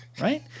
Right